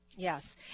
Yes